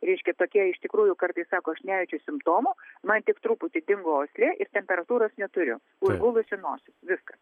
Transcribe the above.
reiškia tokie iš tikrųjų kartais sako aš nejaučiu simptomų man tik truputį dingo uoslė ir temperatūros neturiu užgulusi nosis viskas